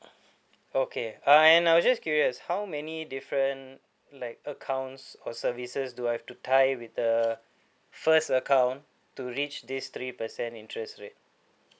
okay uh and I was just curious how many different like accounts or services do I have to tie with the first account to reach these three percent interest rate